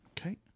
Okay